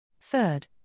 Third